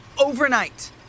overnight